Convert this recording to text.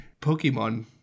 Pokemon